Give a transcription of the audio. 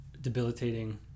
debilitating